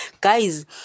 Guys